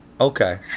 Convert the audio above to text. Okay